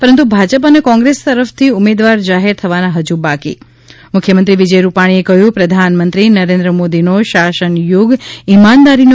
પરંતુ ભાજપ અને કોંગ્રેસ તરફથી ઉમેદવાર જાહેર થવાના હજુ બાકી મુખ્ય મંત્રી વિજય રૂપાણી કહ્યું પ્રધાનમંત્રી નરેન્દ્ર મોદીનો શાસન યુગ ઈમાનદારીનો